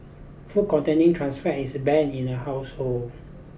food containing trans fat is banned in the household